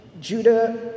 Judah